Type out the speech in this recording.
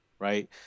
right